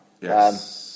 Yes